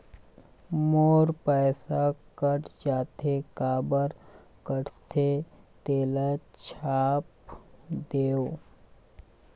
मोर पैसा कट जाथे काबर कटथे तेला छाप देव?